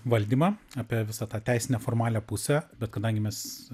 valdymą apie visą tą teisinę formalią pusę bet kadangi mes